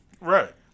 right